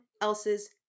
else's